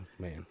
Man